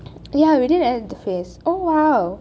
ya we didn't edit the face !wow!